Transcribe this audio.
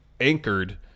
Anchored